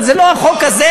אבל זה לא החוק הזה.